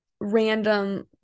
random